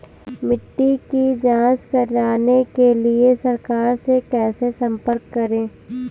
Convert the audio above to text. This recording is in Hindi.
मिट्टी की जांच कराने के लिए सरकार से कैसे संपर्क करें?